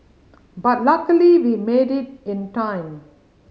but luckily we made it in time